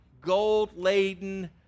gold-laden